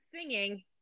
singing